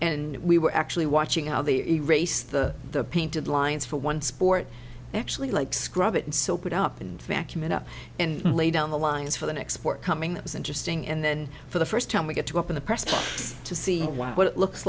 and we were actually watching how the race to the painted lines for one sport actually like scrub it and soap it up and vacuum it up and lay down the lines for the next sport coming that was interesting and then for the first time we get to go up in the press to see what it looks